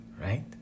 Right